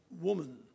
woman